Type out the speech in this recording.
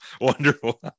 wonderful